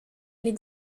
les